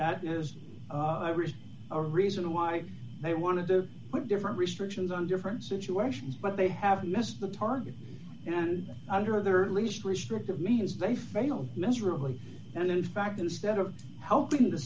that is i read a reason why they want to do with different restrictions on different situations but they have missed the target and under other least restrictive means they failed miserably and in fact instead of helping the